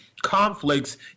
conflicts